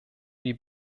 die